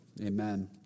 Amen